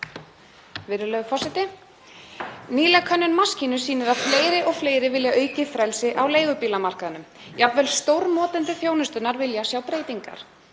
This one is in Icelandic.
Nýleg könnun Maskínu sýnir að fleiri og fleiri vilja aukið frelsi á leigubílamarkaðnum. Jafnvel stórnotendur þjónustunnar vilja sjá breytingar.